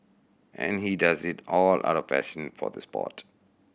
and he does it all out of passion for the sport